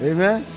Amen